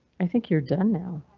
i think you're done now,